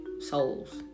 souls